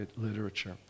literature